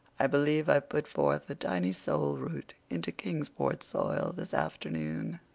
i believe i've put forth a tiny soul-root into kingsport soil this afternoon.